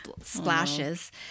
splashes